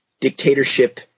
dictatorship